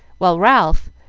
while ralph,